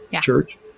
church